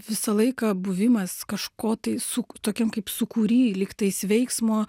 visą laiką buvimas kažko tai suk tokiam kaip sūkury lyg tais veiksmo